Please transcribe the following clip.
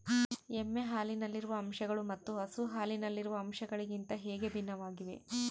ಎಮ್ಮೆ ಹಾಲಿನಲ್ಲಿರುವ ಅಂಶಗಳು ಮತ್ತು ಹಸು ಹಾಲಿನಲ್ಲಿರುವ ಅಂಶಗಳಿಗಿಂತ ಹೇಗೆ ಭಿನ್ನವಾಗಿವೆ?